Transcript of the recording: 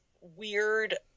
weird